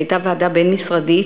שהייתה ועדה בין-משרדית,